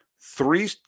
three